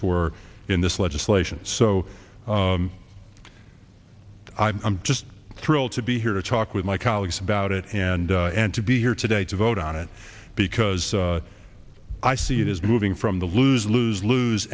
for in this legislation so i'm just thrilled to be here to talk with my colleagues about it and and to be here today to vote on it because i see it is moving from the lose lose lose